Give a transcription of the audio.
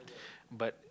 but